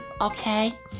okay